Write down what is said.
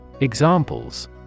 Examples